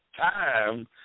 time